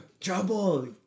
Trouble